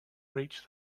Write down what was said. reach